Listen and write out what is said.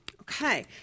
Okay